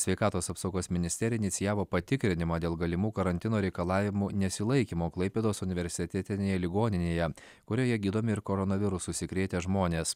sveikatos apsaugos ministerija inicijavo patikrinimą dėl galimų karantino reikalavimų nesilaikymo klaipėdos universitetinėje ligoninėje kurioje gydomi ir koronavirusu užsikrėtę žmonės